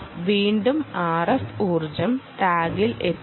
വീണ്ടും RF ഊർജ്ജം ടാഗിൽ എത്തുന്നു